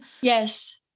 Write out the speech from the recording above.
Yes